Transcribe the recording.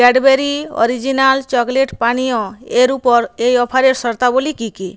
Cadbury original chocolate পানীয় এর উপর এই অফারের শর্তাবলি কী কী